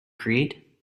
create